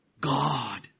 God